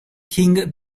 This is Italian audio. king